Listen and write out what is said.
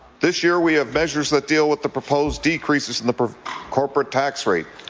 this year we have measures that deal with the proposed decreases in the corporate tax rate